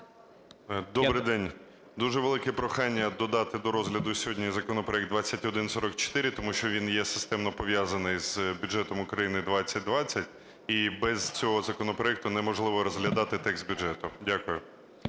Добрий день! Дуже велике прохання додати до розгляду сьогодні законопроект 2144, тому що він є системно пов'язаний з бюджетом України 2020, і без цього законопроекту неможливо розглядати текст бюджету. Дякую.